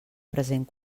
present